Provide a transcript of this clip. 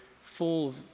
full